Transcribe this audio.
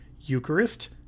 Eucharist